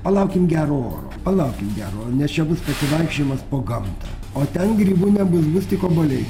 palaukim gero oro palaukim gero nes čia bus pasivaikščiojimas po gamtą o ten grybų nebus bus tik obuoliai